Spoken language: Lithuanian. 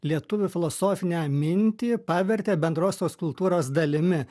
lietuvių filosofinę mintį pavertė bendrosios kultūros dalimi